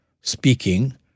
speaking